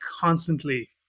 constantly